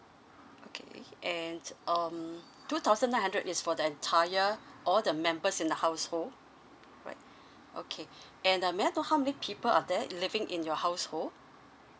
okay and um two thousand nine hundred is for the entire all the members in the household right okay and uh may I know how many people are there living in your household